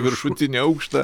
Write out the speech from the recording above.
viršutinį aukštą